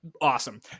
Awesome